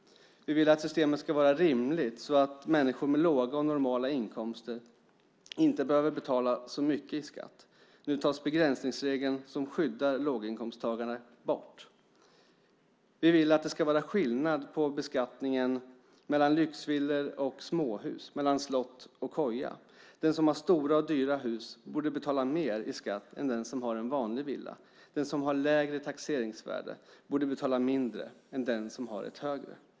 Vi vill att systemet ska vara rimligt, så att människor med låga och normala inkomster inte behöver betala så mycket i skatt. Nu tas begränsningsregeln som skyddar låginkomsttagarna bort. Vi vill att det ska vara skillnad på beskattningen mellan lyxvillor och småhus, mellan slott och koja. Den som har stora och dyra hus borde betala mer i skatt än den som har en vanlig villa. Den som har ett lägre taxeringsvärde borde betala mindre än den som har ett högre.